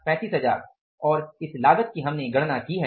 135000 और इस लागत की हमने गणना की है